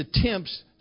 attempts